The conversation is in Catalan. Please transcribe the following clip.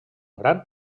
gran